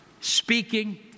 Speaking